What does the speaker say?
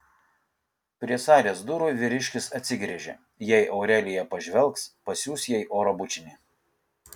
prie salės durų vyriškis atsigręžė jei aurelija pažvelgs pasiųs jai oro bučinį